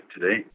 today